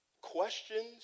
Questions